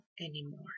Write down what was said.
anymore